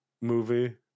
movie